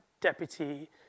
deputy